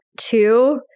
two